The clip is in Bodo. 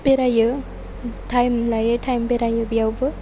बेरायो टाइम लायै टाइम बेरायो बेयावबो